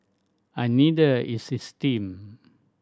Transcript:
and neither is his team